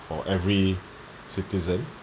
for every citizen